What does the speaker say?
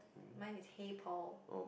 mine is hey Paul